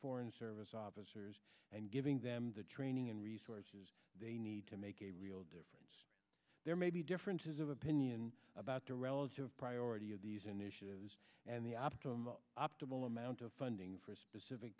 foreign service officers and giving them the training and resources they need to make a real difference there may be differences of opinion about the relative priority of these initiatives and the optimum optimal amount of funding for specific